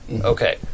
Okay